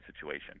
situation